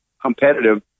competitive